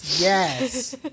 Yes